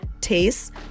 tastes